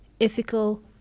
ethical